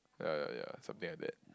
ya ya ya something like that